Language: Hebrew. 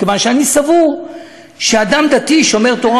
מכיוון שאני סבור שאדם דתי שומר תורה